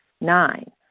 Nine